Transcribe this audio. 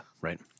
Right